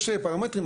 יש פרמטרים,